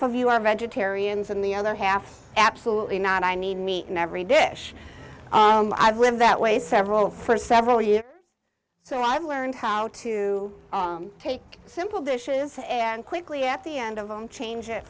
of you are vegetarians and the other half absolutely not i need meat in every dish i've lived that way several for several years so i've learned how to take simple dishes and quickly at the end of them change it